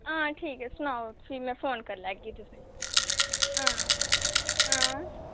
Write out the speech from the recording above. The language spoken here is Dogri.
हां ठीक ऐ सनाओ फ्ही में फोन करी लैगी तुसें ई हां हां